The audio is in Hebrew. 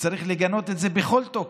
וצריך לגנות את זה בכל תוקף.